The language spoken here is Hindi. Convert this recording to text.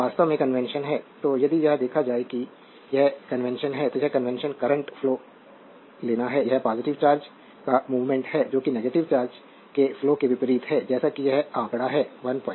तो यह वास्तव में कन्वेंशन है तो यदि यह देखा जाए कि यह कन्वेंशन है तो यह कन्वेंशन करंट फ्लो लेना है या पॉजिटिव चार्ज का मूवमेंट है जो कि निगेटिव चार्ज के फ्लो के विपरीत है जैसा कि यह आंकड़ा है 12